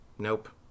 nope